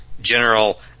General